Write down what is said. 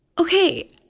okay